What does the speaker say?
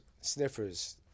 sniffers